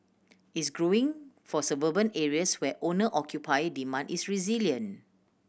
is growing for suburban areas where owner occupier demand is resilient